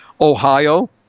Ohio